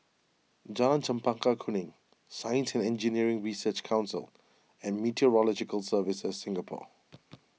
Jalan Chempaka Kuning Science and Engineering Research Council and Meteorological Services Singapore